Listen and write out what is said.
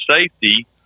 safety